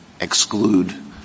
exclude